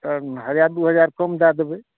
तहन हजार दू हजार कम दय देबै